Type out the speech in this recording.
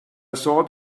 sort